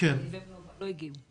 והם לא הגיעו.